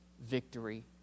victory